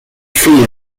free